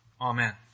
Amen